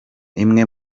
imwe